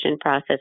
process